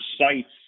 sites